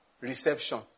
reception